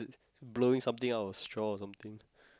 blowing something out of straw or something